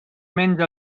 menja